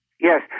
Yes